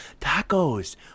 tacos